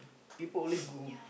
people always go